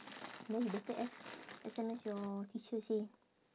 then you better S S_M_S your teacher say